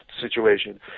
situation